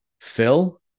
Phil